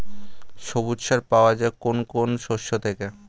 সবুজ সার পাওয়া যায় কোন কোন শস্য থেকে?